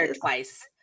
twice